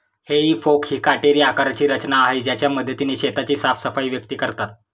हेई फोक ही काटेरी आकाराची रचना आहे ज्याच्या मदतीने शेताची साफसफाई व्यक्ती करतात